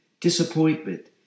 disappointment